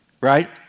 Right